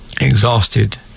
exhausted